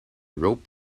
rope